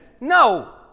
No